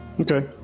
Okay